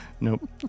Nope